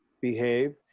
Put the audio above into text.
behave